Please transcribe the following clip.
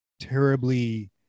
terribly